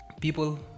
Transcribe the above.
people